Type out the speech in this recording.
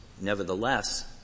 nevertheless